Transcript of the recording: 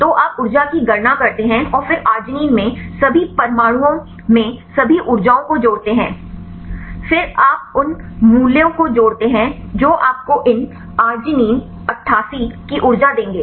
तो आप ऊर्जा की गणना करते हैं और फिर आर्जिनिन में सभी परमाणुओं में सभी ऊर्जाओं को जोड़ते हैं फिर आप उन मूल्यों को जोड़ते हैं जो आपको इन आर्गिनिन 88 की ऊर्जा देंगे